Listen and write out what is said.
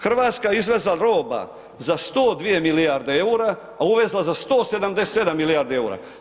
Hrvatska izvezla roba za 102 milijarde eura, a uvezla za 177 milijardi eura.